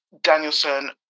Danielson